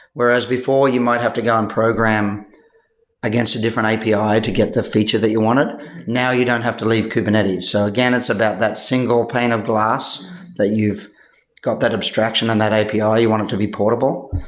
whereas before, you might have to go and program against a different api to get the feature that you wanted. now, you don't have to leave kubernetes. so again, it's about that single pane of glass that you've got that abstraction and that api. ah you want it to be portable.